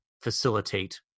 facilitate